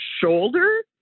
shoulder